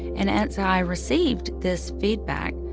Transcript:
and as i received this feedback,